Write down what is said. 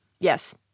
Yes